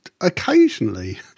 occasionally